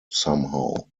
somehow